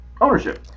ownership